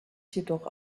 jedoch